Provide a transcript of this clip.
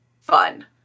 fun